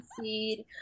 seed